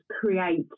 create